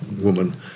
woman